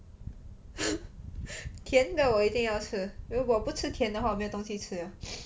甜的我一定要吃如果不吃甜的话没有东西吃了